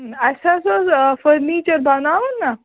اَسہِ حظ اوس فٔرنیٖچر بناوُن نا